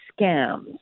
scams